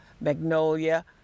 Magnolia